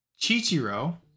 Chichiro